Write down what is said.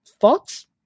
Thoughts